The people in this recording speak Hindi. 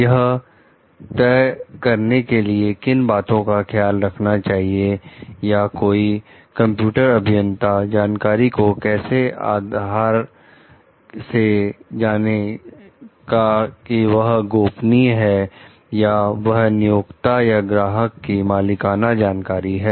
यह तय करने के लिए किन बातों का ख्याल रखना चाहिए या कोई कंप्यूटर अभियंता जानकारी को कैसे आधार से जाने का कि वह गोपनीय है या वह नियोक्ता या ग्राहक की मालिकाना जानकारी है